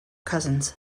cousins